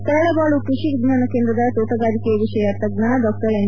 ತರಳಬಾಳು ಕೈಷಿ ವಿಜ್ವಾನ ಕೇಂದ್ರದ ತೋಟಗಾರಿಕೆ ವಿಷಯ ತಜ್ಜ ಡಾ ಎಂ